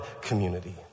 community